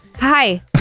hi